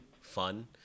fun